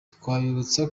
twabibutsa